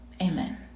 amen